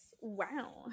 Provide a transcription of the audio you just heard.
wow